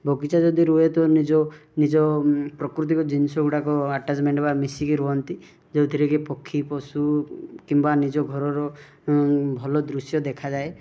ବଗିଚା ଯଦି ରୁହେ ତ ନିଜ ନିଜ ପ୍ରକୃତିକୁ ଜିନିଷ ଗୁଡ଼ାକ ଆଟାଚମେଣ୍ଟ ବା ମିଶିକି ରୁହନ୍ତି ଯେଉଁଥିରେ କି ପକ୍ଷୀ ପଶୁ କିମ୍ବା ନିଜ ଘରର ଭଲ ଦୃଶ୍ୟ ଦେଖାଯାଏ